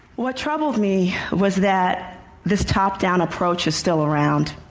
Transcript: what troubled me was that this top-down approach is still around.